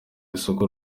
isoko